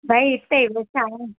भई इते वेठा आहियूं